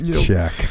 Check